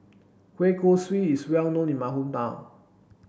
Kueh Kosui is well known in my hometown